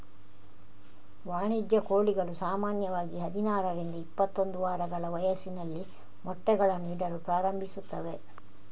ವಾಣಿಜ್ಯ ಕೋಳಿಗಳು ಸಾಮಾನ್ಯವಾಗಿ ಹದಿನಾರರಿಂದ ಇಪ್ಪತ್ತೊಂದು ವಾರಗಳ ವಯಸ್ಸಿನಲ್ಲಿ ಮೊಟ್ಟೆಗಳನ್ನು ಇಡಲು ಪ್ರಾರಂಭಿಸುತ್ತವೆ